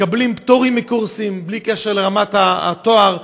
מקבלים פטורים מקורסים בלי קשר לרמת התואר,